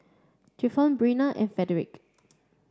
Clifton Brenna and Fredrick